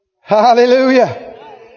Hallelujah